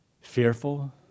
fearful